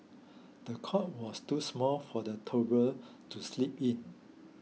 the cot was too small for the toddler to sleep in